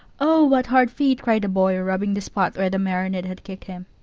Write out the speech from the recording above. oh, what hard feet! cried the boy, rubbing the spot where the marionette had kicked him.